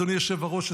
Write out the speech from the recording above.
אדוני היושב-ראש,